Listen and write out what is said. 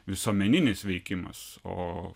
visuomeninis veikimas o